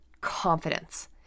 confidence